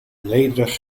nederig